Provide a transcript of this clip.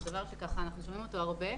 זה דבר שאנחנו שומעים אותו הרבה,